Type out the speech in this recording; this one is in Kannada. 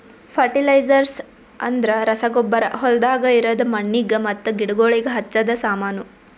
ಫರ್ಟಿಲೈಜ್ರ್ಸ್ ಅಂದ್ರ ರಸಗೊಬ್ಬರ ಹೊಲ್ದಾಗ ಇರದ್ ಮಣ್ಣಿಗ್ ಮತ್ತ ಗಿಡಗೋಳಿಗ್ ಹಚ್ಚದ ಸಾಮಾನು